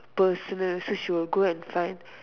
personally so she will go and find